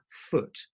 foot